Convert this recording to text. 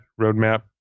roadmap